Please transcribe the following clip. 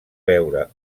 veure